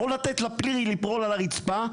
או לתת לפרי ליפול על הרצפה,